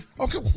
Okay